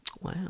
Wow